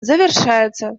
завершается